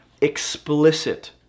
explicit